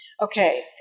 Okay